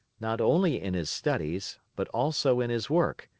not only in his studies, but also in his work,